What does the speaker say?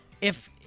if-